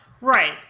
Right